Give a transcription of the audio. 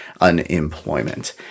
unemployment